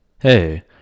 Hey